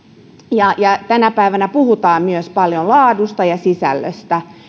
ja ja tänä päivänä puhutaan paljon myös laadusta ja sisällöstä